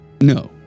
No